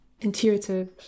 intuitive